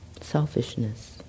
Selfishness